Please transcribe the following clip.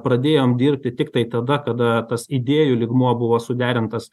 pradėjom dirbti tiktai tada kada tas idėjų lygmuo buvo suderintas